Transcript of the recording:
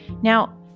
Now